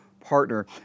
partner